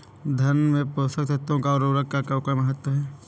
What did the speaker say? धान में पोषक तत्वों व उर्वरक का कोई महत्व है?